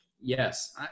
Yes